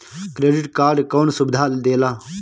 Credit card कौन सुबिधा देला?